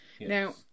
Now